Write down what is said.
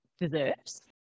deserves